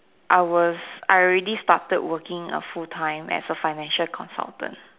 I was I already started working a full time as a financial consultant